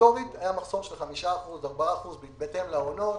היסטורית היה מחסור של 5%, 4%, בהתאם לעונות.